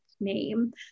name